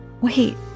Wait